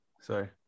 Sorry